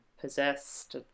possessed